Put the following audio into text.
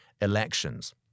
elections